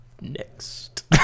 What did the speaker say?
Next